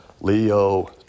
Leo